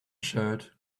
shirt